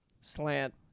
Slant